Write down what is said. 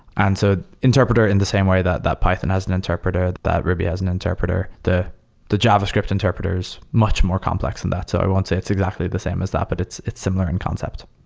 and so interpreter in the same way that that python has an interpreter, that ruby has an interpreter. the the javascript interpreter is much more complex and than so i won't say it's exactly the same as that, but it's it's similar in concept.